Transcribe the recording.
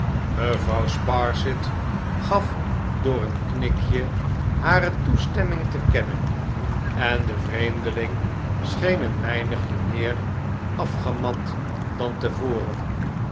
mevrouw sparsit gaf door een knikje hare toestemming te kennen en de vreemdeling scheen een weinigje meer afgemat dan te voren